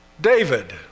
David